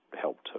helped